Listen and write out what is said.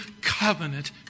covenant